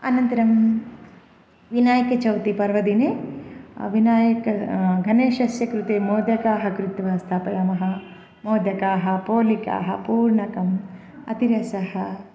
अनन्तरं विनायकचौति पर्वदिने विनायकस्य गणेशस्य कृते मोदकानि कृत्वा स्थापयामः मोदकानि पोलिकाः पूर्णकम् अतिरसः